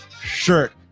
shirt